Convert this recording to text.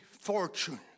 fortune